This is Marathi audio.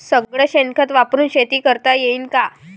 सगळं शेन खत वापरुन शेती करता येईन का?